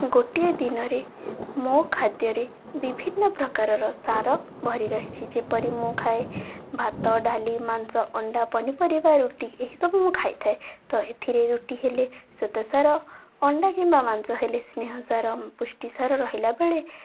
ଗୋଟିଏ ଦିନରେ ମୋ ଖାଦ୍ୟରେ ବିଭିନ୍ନ ପ୍ରକାରର ସାର ଭରି ରହିଛି ଯେପରି ମୁଁ ଖାଏ ଭାତ ଡାଲି ମାଂସ ଅଣ୍ଡା ପନିପରିବା ରୁଟି ଏହିସବୁ ମୁଁ ଖାଇଥାଏ ତ ଏଥିରେ ରୁଟି ହେଲେ ଶ୍ଵେତସାର ଅଣ୍ଡା କିମ୍ବା ମାଂସ ହେଲେ ସ୍ନେହସାର ପୁଷ୍ଟିସାର ରହିଲାବେଳେ